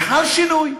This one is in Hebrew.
וחל שינוי,